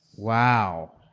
wow.